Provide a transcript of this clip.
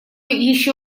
еще